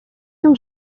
ким